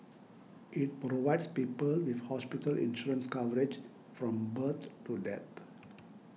it provides people with hospital insurance coverage from birth to death